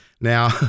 Now